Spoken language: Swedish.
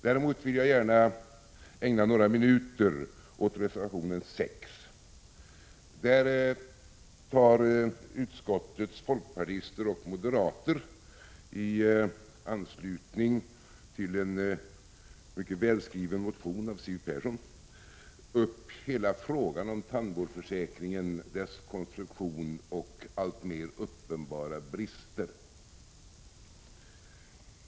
Däremot vill jag gärna ägna några minuter åt reservation 6, där utskottets folkpartister och moderater i anslutning till en mycket välskriven motion av Siw Persson tar upp hela frågan om tandvårdsförsäkringen, dess konstruktion och dess alltmer uppenbara brister.